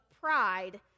pride